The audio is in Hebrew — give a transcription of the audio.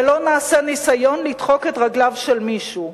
ולא נעשה ניסיון לדחוק את רגליו של מישהו.